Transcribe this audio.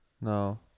no